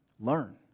Learn